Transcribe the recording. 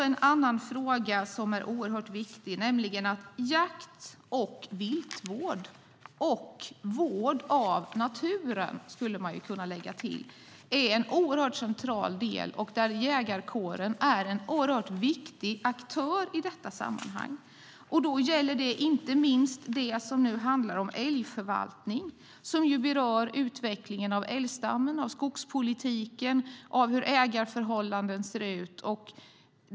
En annan oerhört viktig fråga är den om att jakt och viltvård - vård av naturen skulle kunna läggas till - är en central del. Jägarkåren är en viktig aktör i sammanhanget. Inte minst gäller det då det som handlar om älgförvaltning, något som rör utvecklingen av älgstammen och av skogspolitiken. Vidare gäller det hur det ser ut avseende ägarförhållandena.